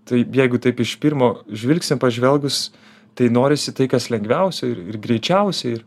tai jeigu taip iš pirmo žvilgsnio pažvelgus tai norisi tai kas lengviausia ir ir greičiausia ir